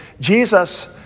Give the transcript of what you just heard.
Jesus